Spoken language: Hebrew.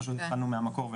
פשוט התחלנו מהמקור.